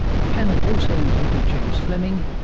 the panel also included james fleming,